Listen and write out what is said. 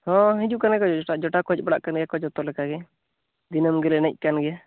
ᱦᱚᱸ ᱦᱤᱡᱩᱜ ᱠᱟᱱ ᱜᱮᱭᱟ ᱠᱚ ᱡᱚ ᱡᱚᱴᱟᱣ ᱠᱚ ᱦᱮᱡ ᱵᱟᱲᱟᱜ ᱠᱟᱱ ᱜᱮᱭᱟ ᱠᱚ ᱡᱚᱛᱚ ᱞᱮᱠᱟ ᱜᱮ ᱫᱤᱱᱚᱢ ᱜᱮᱞᱮ ᱮᱱᱮᱡ ᱠᱟᱱ ᱜᱮᱭᱟ